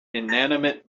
inanimate